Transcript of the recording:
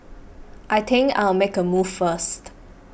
I think I'll make a move first